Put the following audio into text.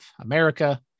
America